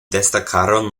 destacaron